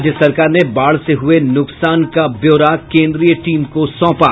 राज्य सरकार ने बाढ़ से हये नूकसान का ब्यौरा केंद्रीय टीम को सौंपा